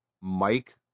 mike